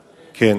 למולה.